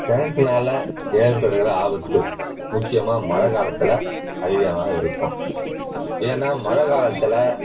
கரண்ட்னால ஏற்படுகிற ஆபத்து முக்கியமாக மழை காலத்தில் அதிகமாக இருக்கும் ஏன்னா மழை காலத்தில்